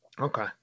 Okay